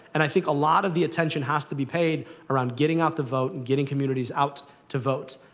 and i think a lot of the attention has to be paid around getting out the vote, and getting communities out to vote,